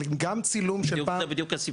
זה בדיוק הסיפור.